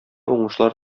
уңышлар